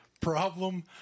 Problem